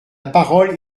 parole